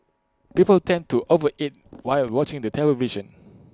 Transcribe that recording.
people tend to over eat while watching the television